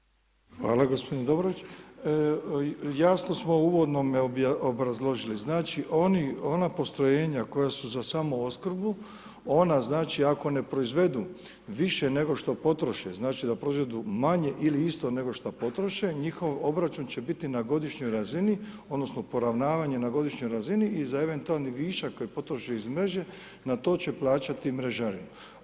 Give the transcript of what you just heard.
Hvala gospodine Dobrović, jasno smo u uvodnome obrazložili, znači oni, ona postrojenja koja su za samoopskrbu ona znači ako ne proizvedu više nego što potroše, znači da proizvedu manje ili isto nego što potroše njihov obračun će biti na godišnjoj razini odnosno poravnavanje na godišnjoj razini i za eventualni višak koji potroše iz mreže na to će plaćati mrežarinu.